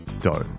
dough